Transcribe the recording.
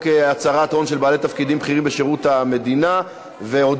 הצהרת הון של בעלי תפקידים בכירים בשירות המדינה וברשויות המקומיות,